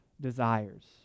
desires